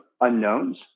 unknowns